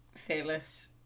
fearless